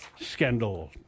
scandal